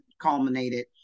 culminated